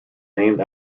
named